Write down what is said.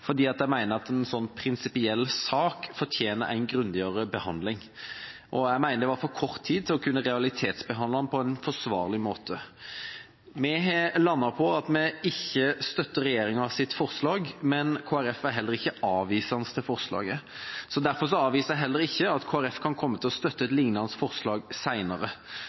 fordi jeg mener at en slik prinsipiell sak fortjener en grundigere behandling. Jeg mener det var for kort tid til å kunne realitetsbehandle den på en forsvarlig måte. Vi har landet på at vi ikke støtter regjeringas forslag, men Kristelig Folkeparti er heller ikke avvisende til forslaget. Derfor avviser jeg heller ikke at Kristelig Folkeparti kan komme til å støtte et lignende forslag